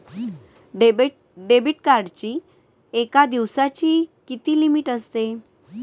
Debit कार्डची एका दिवसाची किती लिमिट असते?